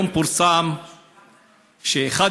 היום פורסם ש-11,000